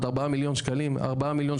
עד 4 מיליון שקלים לעסק,